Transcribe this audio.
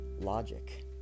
logic